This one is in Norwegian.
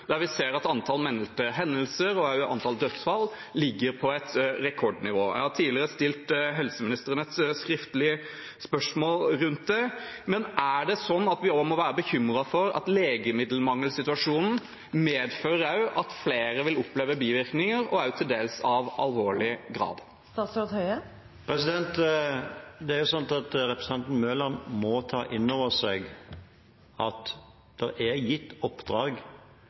Der ser vi at antallet meldte hendelser og antallet dødsfall ligger på et rekordnivå. Jeg har tidligere stilt helseministeren et skriftlig spørsmål om dette. Må vi være bekymret for at legemiddelmangelsituasjonen også medfører at flere vil oppleve bivirkninger, til dels av alvorlig grad? Representanten Mørland må ta inn over seg at det er gitt i oppdrag